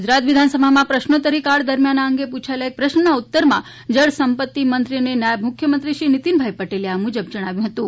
ગુજરાત વિધાનસભામાં પ્રશ્નોત્તરી કાળ દરમિયાન આ અંગે પૂછાયેલા એક પ્રશ્નના ઉત્તરમાં જળસંપત્તિ મંત્રી અને નાયબ મુખ્યમંત્રી શ્રી નીતિનભાઇ પટેલે આ મુજબ જણાવ્યુ